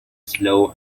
slow